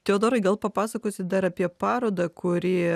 teodorai gal papasakosi dar apie parodą kuri